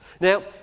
Now